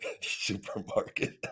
Supermarket